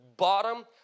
Bottom